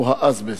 הוא האזבסט.